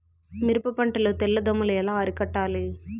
మిరప పంట లో తెల్ల దోమలు ఎలా అరికట్టాలి?